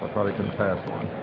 probably couldn't pass one.